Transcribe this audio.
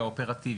האופרטיבי.